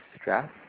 stress